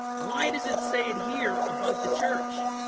why does it say it here about the church?